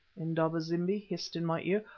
indaba-zimbi hissed in my ear,